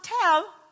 tell